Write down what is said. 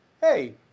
hey